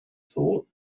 thought